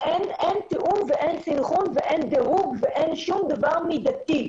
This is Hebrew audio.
אין תיאום ואין סנכרון ואין דירוג ואין שום דבר מידתי.